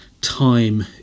time